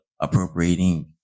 appropriating